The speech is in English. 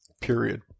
Period